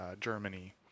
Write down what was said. Germany